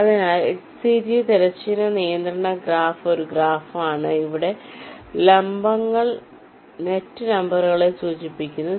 അതിനാൽ HCG തിരശ്ചീന നിയന്ത്രണ ഗ്രാഫ് ഒരു ഗ്രാഫാണ് അവിടെ ലംബങ്ങൾ നെറ്റ് നമ്പറുകളെ സൂചിപ്പിക്കുന്നു